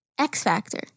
X-Factor